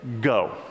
Go